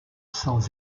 sans